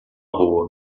rua